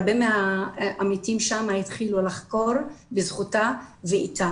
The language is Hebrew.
הרבה מהעמיתים שמה התחילו לחקור בזכותה ואיתה.